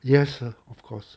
yes of course